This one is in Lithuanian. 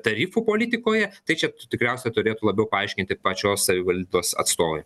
tarifų politikoje tai čia tikriausia turėtų labiau paaiškinti pačios savivaldos atstovai